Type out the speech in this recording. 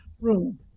room